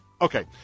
Okay